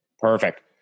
Perfect